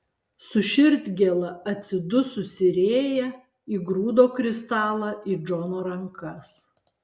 su širdgėla atsidususi rėja įgrūdo kristalą į džono rankas